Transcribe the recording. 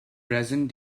present